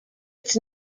its